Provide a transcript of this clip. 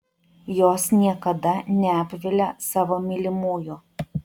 jos niekada neapvilia savo mylimųjų